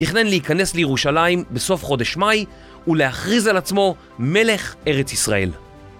תכנן להיכנס לירושלים בסוף חודש מאי ולהכריז על עצמו מלך ארץ ישראל.